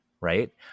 right